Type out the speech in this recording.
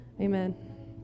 Amen